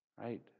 Right